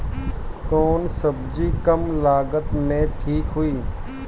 कौन सबजी कम लागत मे ठिक होई?